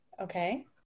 Okay